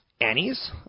Annie's